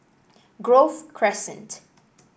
Grove Crescent